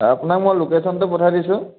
আপোনাক মই লোকেশ্যনটো পঠাই দিছোঁ